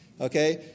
Okay